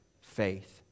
Faith